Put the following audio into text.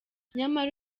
nyamara